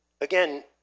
again